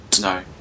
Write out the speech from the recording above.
No